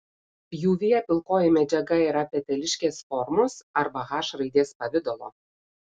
pjūvyje pilkoji medžiaga yra peteliškės formos arba h raidės pavidalo